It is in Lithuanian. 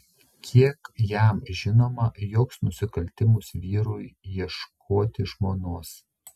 kiek jam žinoma joks nusikaltimas vyrui ieškoti žmonos